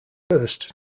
first